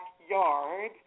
backyard